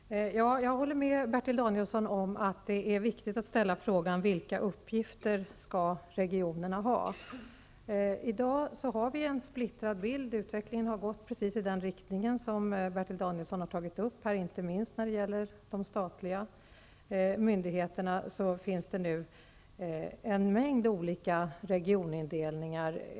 Herr talman! Jag håller med Bertil Danielsson om att det är viktigt att ställa frågan vilka uppgifter regionerna skall ha. I dag har vi en splittrad bild. Utvecklingen har gått precis i den riktning som Bertil Danielsson säger. Inte minst när det gäller de statliga myndigheterna finns det nu en mängd olika regionindelningar.